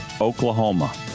Oklahoma